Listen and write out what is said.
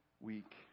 week